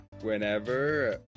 whenever